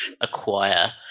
acquire